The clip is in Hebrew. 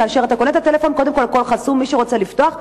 כך שכשאתה קונה את הטלפון קודם כול הכול חסום ומי שרוצה לפתוח,